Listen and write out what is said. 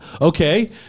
Okay